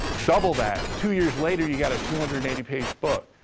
double that. two years later, you got a two hundred and eighty page book.